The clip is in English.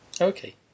Okay